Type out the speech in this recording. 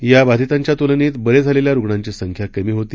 या बाधितांच्या तुलनेत बरे झालेल्या रुग्णांची संख्या कमी होती